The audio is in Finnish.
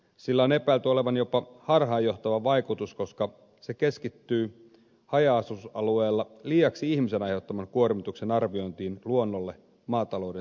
sillä on epäilty olevan jopa harhaanjohtava vaikutus koska se keskittyy haja asutusalueella liiaksi ihmisen luonnolle aiheuttaman kuormituksen arviointiin maatalouden sijaan